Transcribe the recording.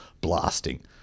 blasting